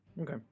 Okay